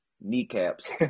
kneecaps